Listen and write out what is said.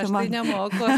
aš tai nemoku